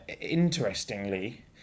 interestingly